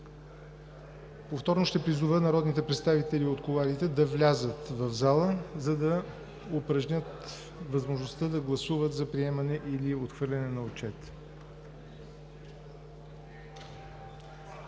Повторно ще призова народните представители от кулоарите да влязат в залата, за да упражнят възможността да гласуват за приемане или отхвърляте на Отчета.